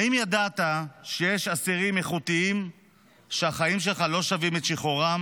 האם ידעת שיש אסירים איכותיים שהחיים שלך לא שווים את שחרורם,